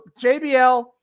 jbl